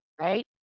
Right